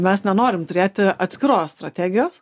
mes nenorim turėti atskiros strategijos